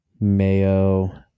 mayo